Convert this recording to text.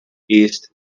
east